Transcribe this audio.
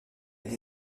une